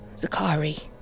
Zakari